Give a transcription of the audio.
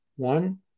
One